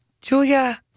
Julia